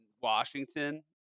Washington